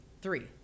three